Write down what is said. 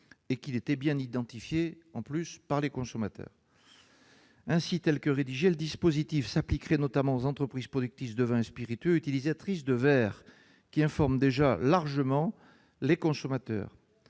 tout en étant bien identifié par les consommateurs. Avec la rédaction proposée, le dispositif s'appliquerait notamment aux entreprises productrices de vins et spiritueux utilisatrices de verre, qui informent déjà largement les consommateurs.